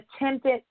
attempted